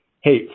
Hey